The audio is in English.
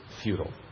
futile